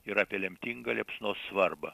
ir apie lemtingą liepsnos svarbą